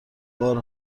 بار